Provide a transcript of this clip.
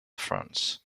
france